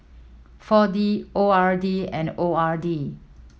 Four D O R D and O R D